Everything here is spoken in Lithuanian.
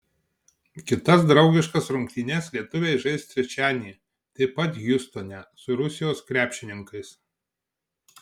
kitas draugiškas rungtynes lietuviai žais trečiadienį taip pat hjustone su rusijos krepšininkais